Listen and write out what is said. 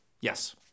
Yes